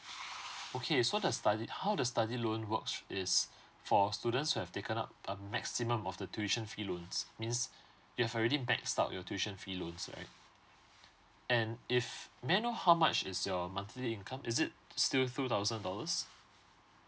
okay so the study how the study loan works is for students who have taken up a maximum of the tuition fee loans means you've already max out your tuition fee loans right and if may I know how much is your monthly income is it still two thousand dollars